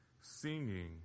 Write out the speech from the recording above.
singing